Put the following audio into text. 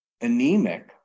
anemic